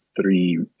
three